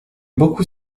beaucoup